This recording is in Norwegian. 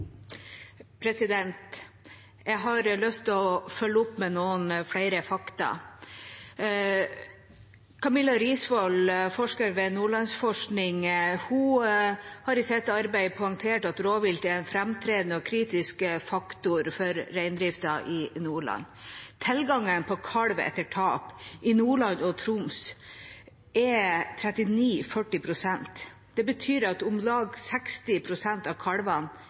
Jeg har lyst til å følge opp med noen flere fakta. Camilla Risvoll, forsker ved Nordlandsforskning, har i sitt arbeid poengtert at rovvilt er en framtredende og kritisk faktor for reindriften i Nordland. Tilgangen på kalv etter tap i Nordland og Troms er på 39 pst.–40 pst. Det betyr at om lag 60 pst. av